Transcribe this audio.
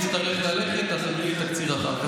אני אצטרך ללכת, אז תני לי תקציר אחר כך.